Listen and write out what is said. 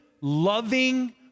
loving